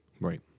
Right